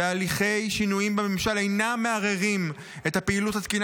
והליכי שינויים בממשל אינם מערערים את הפעילות התקינה